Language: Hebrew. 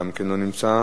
גם כן לא נמצא,